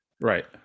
Right